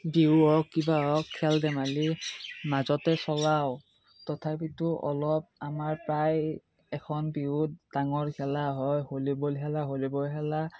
বিহু হওক কিবা হওক খেল ধেমালি মাজতে চলাও তথাপিতো অলপ আমাৰ প্ৰায় এখন বিহুত ডাঙৰ খেলা হয় ভলিবল খেলা ভলিবল খেলা